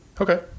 Okay